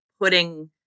putting